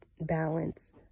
balance